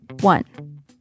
One